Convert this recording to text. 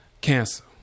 Cancer